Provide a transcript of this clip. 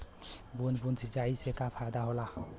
बूंद बूंद सिंचाई से का फायदा होला?